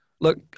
Look